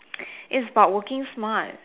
it's about working smart